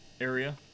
area